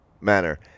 manner